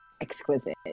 exquisite